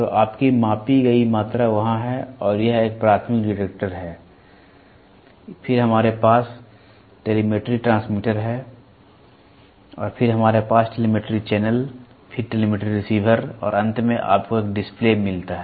तो आपकी मापी गई मात्रा वहां है और यह एक प्राथमिक डिटेक्टर है फिर हमारे पास टेलीमेट्री ट्रांसमीटर है और फिर हमारे पास टेलीमेट्री चैनल फिर टेलीमेट्री रिसीवर और अंत में आपको एक डिस्प्ले मिलता है